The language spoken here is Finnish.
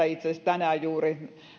itse asiassa tänään juuri